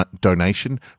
donation